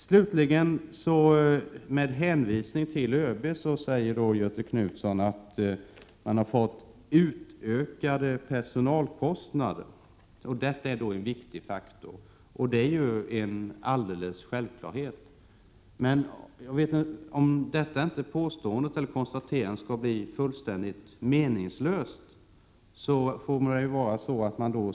Slutligen sade Göthe Knutson med hänvisning till ÖB att försvaret har fått utökade personalkostnader och att detta är en viktig faktor. Det är ju en självklarhet. Om det konstaterandet inte skall bli fullständigt meningslöst, får man vält.ex.